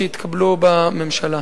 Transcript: שהתקבלו בממשלה: